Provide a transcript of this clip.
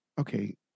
okay